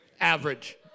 average